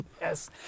Yes